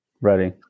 Ready